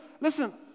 Listen